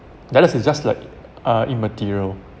that this is just like uh immaterial